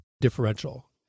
differential